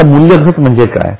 आता मूल्यघट म्हणजे काय